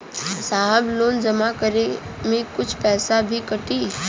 साहब लोन जमा करें में कुछ पैसा भी कटी?